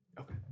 Okay